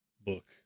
book